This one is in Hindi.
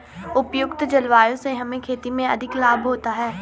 उपयुक्त जलवायु से हमें खेती में अधिक लाभ होता है